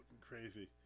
crazy